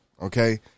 Okay